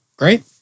Right